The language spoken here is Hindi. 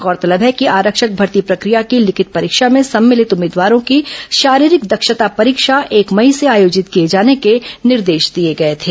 गौरतलब है कि आरक्षक भर्ती प्रक्रिया की लिखित परीक्षा में सम्मिलित उम्मीदवारों की शारीरिक दक्षता परीक्षा एक मई से आयोजित किये जाने के निर्देश दिए गए थे